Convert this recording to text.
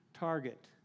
Target